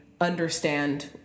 understand